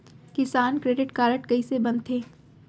किसान credit card कइसे बनथे?